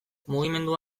mugimendua